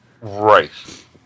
Right